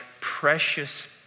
precious